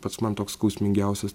pats man toks skausmingiausias